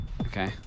Okay